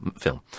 film